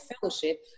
fellowship